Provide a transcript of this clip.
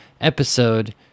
episode